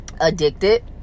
addicted